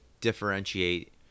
differentiate